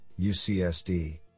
UCSD